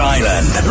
Island